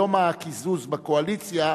היום הקיזוז בקואליציה,